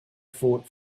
fought